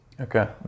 Okay